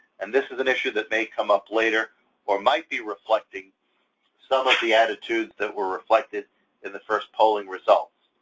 and this is an issue that may come up later or might be reflecting some of the attitudes that were reflected in the first polling results.